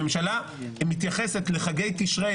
הממשלה מתייחסת לחגי תשרי,